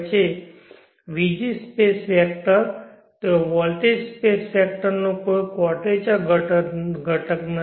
vg space vector ત્યાં voltage space વેક્ટરનો કોઈ ક્વોડરેચરઘટક નથી